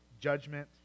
judgment